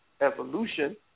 evolution